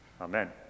Amen